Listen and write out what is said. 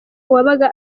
uwabaga